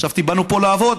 חשבתי שבאנו לפה לעבוד.